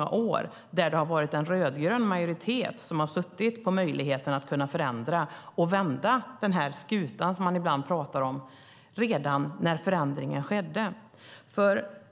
då det har varit en rödgrön majoritet som har suttit på möjligheterna att förändra och vända den skuta som man ibland talar om redan när förändringen skedde.